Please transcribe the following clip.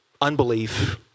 unbelief